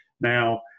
Now